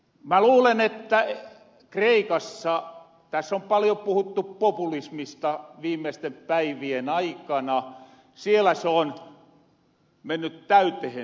mä luulen että kreikassa täs on paljon puhuttu populismista viimeisten päivien aikana siellä se on menny täytehen totehen